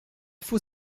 faut